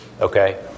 Okay